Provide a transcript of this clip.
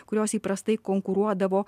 kurios įprastai konkuruodavo